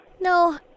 No